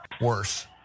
worse